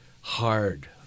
hard